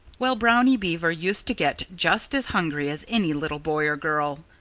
well, brownie beaver used to get just as hungry as any little boy or girl.